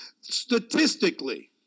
Statistically